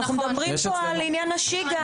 אנחנו מדברים פה על עניין נשי.